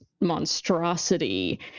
monstrosity